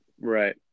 Right